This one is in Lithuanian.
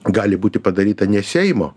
gali būti padaryta ne seimo